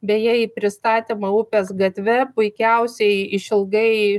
beje į pristatymą upės gatve puikiausiai išilgai